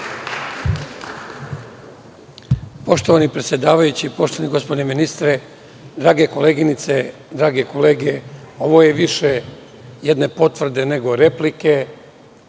Poštovani predsedavajući, poštovani gospodine ministre, drage koleginice, drage kolege, ovo je više jedne potvrde, nego replike